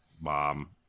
mom